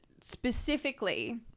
specifically